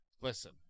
Listen